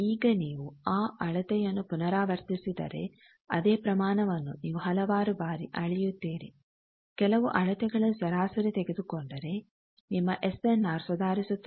ಈಗ ನೀವು ಆ ಅಳತೆಯನ್ನು ಪುನರಾವರ್ತಿಸಿದರೆ ಅದೇ ಪ್ರಮಾಣವನ್ನು ನೀವು ಹಲವಾರು ಬಾರಿ ಅಳೆಯುತ್ತೀರಿ ಕೆಲವು ಅಳತೆಗಳ ಸರಾಸರಿ ತೆಗೆದುಕೊಂಡರೆ ನಿಮ್ಮ ಎಸ್ ಎನ್ ಆರ್ ಸುಧಾರಿಸುತ್ತದೆ